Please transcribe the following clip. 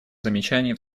замечаний